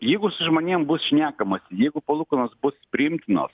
jeigu su žmonėm bus šnekama jeigu palūkanos bus priimtinos